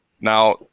now